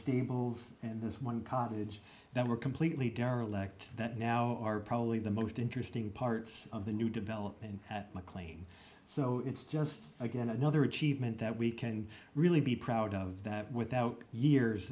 stables and this one cottage that were completely derelict that now are probably the most interesting parts of the new development at mclean so it's just again another achievement that we can really be proud of that without years